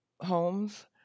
homes